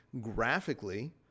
graphically